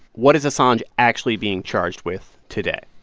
what is assange actually being charged with today?